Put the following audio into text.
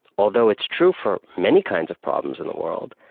although it's true for many kinds of problems in the world,